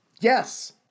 Yes